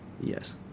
Yes